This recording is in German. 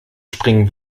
springen